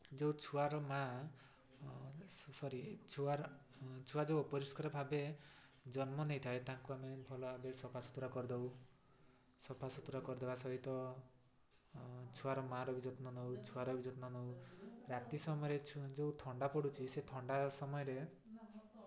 ଯେଉଁ ଛୁଆର ମା' ସରି ଛୁଆ ଛୁଆ ଯେଉଁ ଅପରିଷ୍କାର ଭାବେ ଜନ୍ମ ନେଇଥାଏ ତାଙ୍କୁ ଆମେ ଭଲ ଭାବେ ସଫାସୁତୁରା କରିଦେଉ ସଫାସୁତୁରା କରିଦେବା ସହିତ ଛୁଆର ମାଆର ବି ଯତ୍ନ ନଉ ଛୁଆର ବି ଯତ୍ନ ନଉ ରାତି ସମୟରେ ଯେଉଁ ଥଣ୍ଡା ପଡ଼ୁଛି ସେ ଥଣ୍ଡା ସମୟରେ